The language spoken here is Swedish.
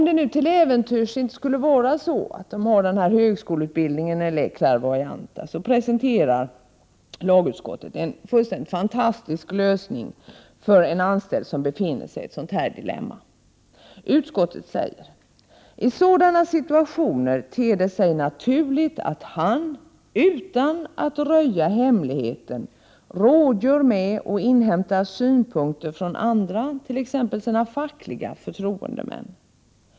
Utskottet presenterar en fullständigt fantastisk lösning för en anställd som till äventyrs inte har denna högskoleutbildning eller inte är klärvoajant och som befinner sig i ett sådant här dilemma. Utskottet säger: ”I sådana situationer ter det sig naturligt att han utan att röja hemligheten rådgör med och inhämtar synpunkter från andra, t.ex. sina fackliga förtroendemän.